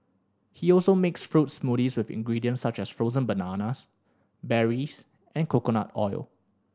he also makes fruit smoothies with ingredients such as frozen bananas berries and coconut oil